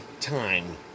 time